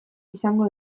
izango